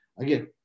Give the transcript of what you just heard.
Again